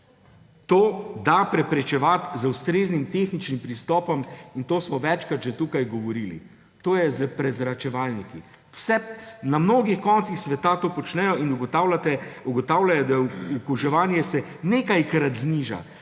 to da preprečevati z ustreznim tehničnim pristopom, in o tem smo tukaj že večkrat govorili, to je s prezračevalniki. Na mnogih koncih sveta to počnejo in ugotavljajo, da se prenos okužbe nekajkrat zniža.